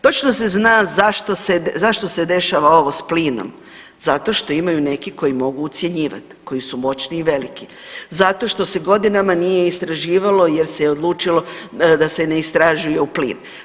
Točno se zna zašto se, zašto se dešava ovo s plinom, zato što imaju neki koji mogu ucjenjivati, koji su moćni i veliki, zato što se godinama nije istraživalo jer se je odlučilo da se ne istražuje u plin.